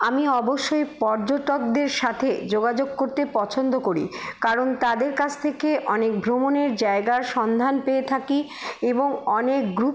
আমি অবশ্যই পর্যটকদের সাথে যোগাযোগ করতে পছন্দ করি কারণ তাদের কাছ থেকে অনেক ভ্রমণের জায়গার সন্ধান পেয়ে থাকি এবং অনেক গ্রুপ